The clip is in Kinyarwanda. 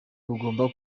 bugomba